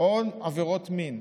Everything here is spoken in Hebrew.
או עבירות מין,